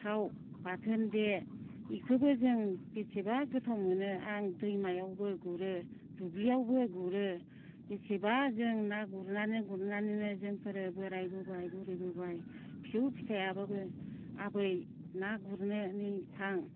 थाव बाथोन दे बेखौबो जों बेसेबा गोथाव मोनो आं दैमायावबो गुरो दुब्लियावबो गुरो बेसेबा जों ना गुरनानै गुरनानैनो जोंफोरो बोरायबोबाय बुरैबोबाय फिसौ फिथाइयाबो आबै ना गुरनो थां